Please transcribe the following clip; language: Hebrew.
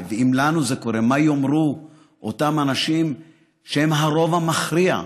מה יאמרו אותם אנשים שהם הרוב המכריע,